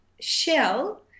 shell